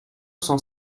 cent